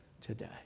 today